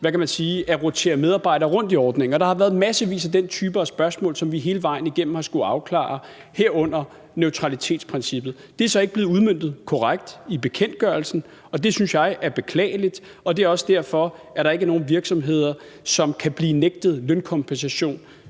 at rotere medarbejdere rundt i ordningen. Og der har været massevis af den type spørgsmål, som vi hele vejen igennem har skullet afklare, herunder neutralitetsprincippet. Det er så ikke blevet udmøntet korrekt i bekendtgørelsen, og det synes jeg er beklageligt, og det er også derfor, at der ikke er nogen virksomheder, som med det i hånden kan blive nægtet lønkompensation